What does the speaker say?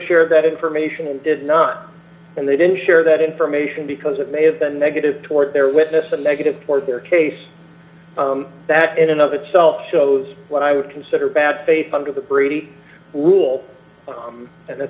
share that information and did not and they didn't share that information because it may have been negative toward their witness d a negative for their case that in and of itself shows what i would consider bad faith under the brady rule and that